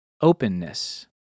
openness